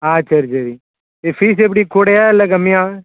ஆ சரி சரி ஃபீஸ் எப்படி கூடயா இல்லை கம்மியா